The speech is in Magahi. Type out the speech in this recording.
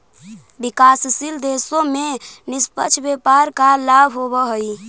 विकासशील देशों में निष्पक्ष व्यापार का लाभ होवअ हई